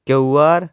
Q R